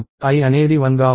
i అనేది 1 గా ఉంది